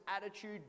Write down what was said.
attitude